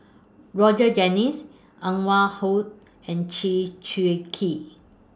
Roger Jenkins Anwarul and Chew Swee Kee